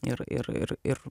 ir ir ir ir